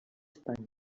espanya